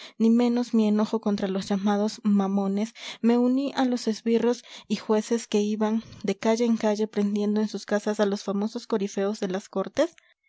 ni menos mi enojo contra los llamadosmamones me uní a los esbirros y jueces que iban de calle en calle prendiendo en sus casas a los famosos corifeos de las cortes